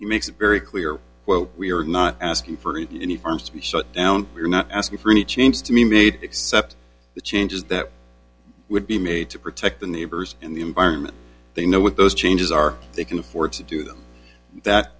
he makes it very clear what we're not asking for any arms to be shut down we're not asking for any changes to be made except the changes that would be made to protect the neighbors in the environment they know what those changes are they can afford to do th